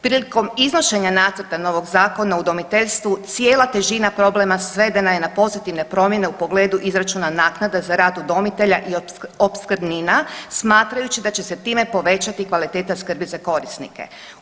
Prilikom iznošenja nacrta novog Zakona o udomiteljstvu cijela težina problema svedena je na pozitivne promjene u pogledu izračuna naknada za rad udomitelja i opskrbnina smatrajući da će se time povećati kvaliteta skrbi za korisnike.